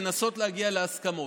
לנסות להגיע להסכמות.